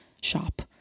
shop